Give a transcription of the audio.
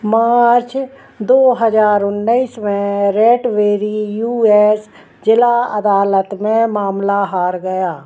मार्च दो हज़ार उन्नीस में रेटबेरी यू एस ज़िला अदालत में मामला हार गया